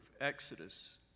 Exodus